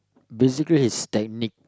basically his technique